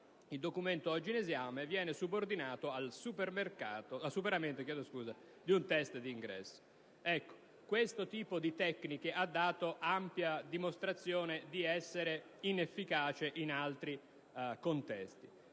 di legge in esame, viene subordinata al superamento di un *test* di ingresso». Questo tipo di tecniche ha dato ampia dimostrazione di essere inefficace in altri contesti.